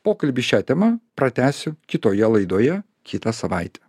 pokalbį šia tema pratęsiu kitoje laidoje kitą savaitę